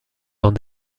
dans